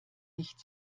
nicht